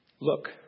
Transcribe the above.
Look